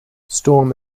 storm